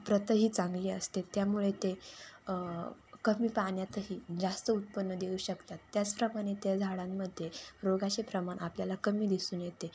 प्रतही चांगली असते त्यामुळे ते कमी पाण्यातही जास्त उत्पन्न देऊ शकतात त्याचप्रमाणे त्या झाडांमध्ये रोगाचे प्रमाण आपल्याला कमी दिसून येते